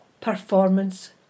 performance